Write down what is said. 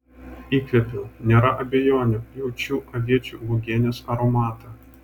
įkvėpiau nėra abejonių jaučiu aviečių uogienės aromatą